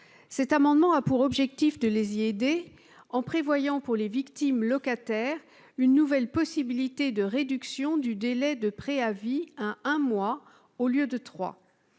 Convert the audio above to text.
Cet amendement a pour objet de les y aider en prévoyant pour les victimes locataires une nouvelle possibilité de réduction du délai de préavis à un mois au lieu de trois.